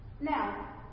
Now